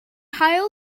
haul